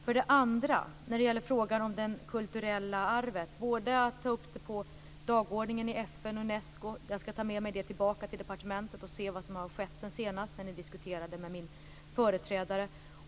För det andra när det gäller frågan om det kulturella arvet - att man skall vårda det och ta upp frågan på dagordningen i FN och i Unesco - skall jag ta med mig den tillbaka till departementet och se vad som har skett sedan detta diskuterades förra gången med min företrädare.